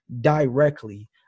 directly